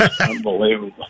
Unbelievable